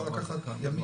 זה יכול לקחת ימים.